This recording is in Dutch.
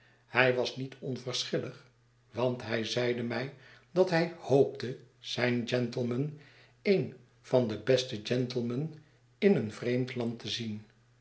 hij was niet onverschillig want hij zeide mij dat hij hoopte zijn gentleman een van de beste g e n e m e n in een vreemd land te zien